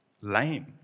lame